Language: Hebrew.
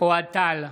אוהד טל,